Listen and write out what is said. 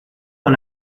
con